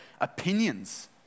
opinions